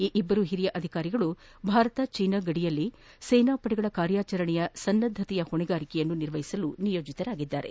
ಈ ಇಬ್ಲರು ಹಿರಿಯ ಅಧಿಕಾರಿಗಳು ಭಾರತ ಚೀನಾ ಗಡಿಯಲ್ಲಿ ಸೇನಾ ಪಡೆಗಳ ಕಾರ್ಯಾಚರಣೆ ಸನ್ನದ್ದತೆಯ ಹೊಣೆಗಾರಿಕೆಯನ್ನು ನಿರ್ವಹಿಸಲು ನಿಯೋಜಿತರಾಗಿದ್ದಾರೆ